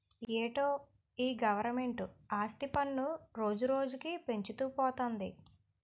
ఏటో ఈ గవరమెంటు ఆస్తి పన్ను రోజురోజుకీ పెంచుతూ పోతంది